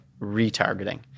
retargeting